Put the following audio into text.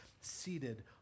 seated